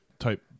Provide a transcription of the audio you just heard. type